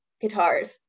guitars